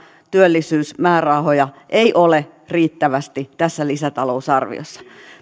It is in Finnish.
työllisyysmäärärahoja ei ole riittävästi tässä lisätalousarviossa